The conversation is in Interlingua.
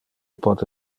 pote